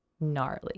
gnarly